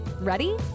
Ready